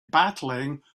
battling